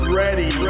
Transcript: ready